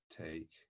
take